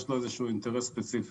יש לו איזשהו אינטרס ספציפי.